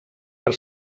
per